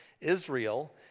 Israel